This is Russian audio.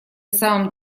самым